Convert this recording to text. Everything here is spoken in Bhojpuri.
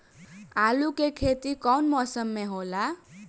आलू के खेती कउन मौसम में होला?